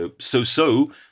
so-so